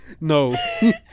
No